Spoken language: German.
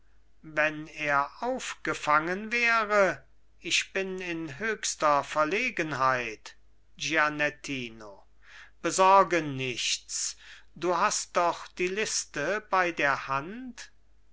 wenn er aufgefangen wäre ich bin in höchster verlegenheit gianettino besorge nichts du hast doch die liste bei der hand